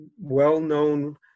well-known